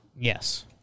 Yes